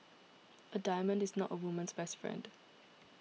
a diamond is not a woman's best friend